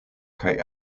kaj